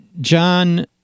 John